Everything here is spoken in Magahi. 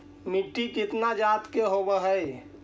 मिट्टी कितना जात के होब हय?